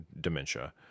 dementia